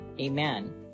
amen